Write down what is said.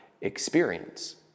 experience